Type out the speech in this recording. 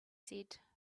said